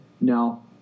no